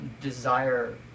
desire